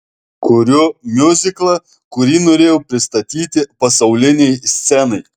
kuriu miuziklą kurį norėjau pristatyti pasaulinei scenai